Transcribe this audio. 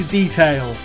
detail